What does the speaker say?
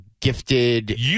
gifted